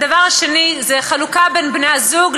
2. חלוקה בין בני-הזוג,